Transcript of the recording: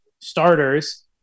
starters